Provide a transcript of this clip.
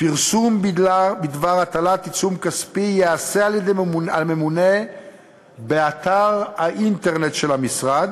פרסום בדבר הטלת עיצום כספי ייעשה על-ידי הממונה באתר האינטרנט של המשרד